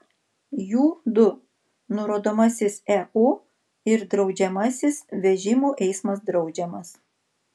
jų du nurodomasis eu ir draudžiamasis vežimų eismas draudžiamas